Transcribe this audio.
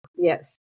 Yes